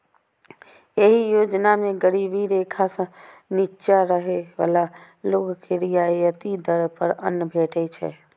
एहि योजना मे गरीबी रेखा सं निच्चा रहै बला लोक के रियायती दर पर अन्न भेटै छै